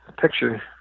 picture